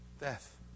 death